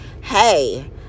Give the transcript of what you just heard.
hey